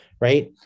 right